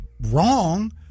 wrong